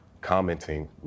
commenting